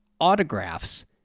autographs